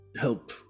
help